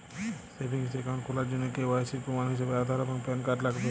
savings account খোলার জন্য KYC এর প্রমাণ হিসেবে আধার এবং প্যান কার্ড লাগবে